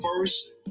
first